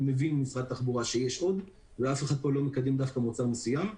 אני מבין ממשרד התחבורה שיש עוד ואף אחד לא מקדם דווקא מוצר מסוים.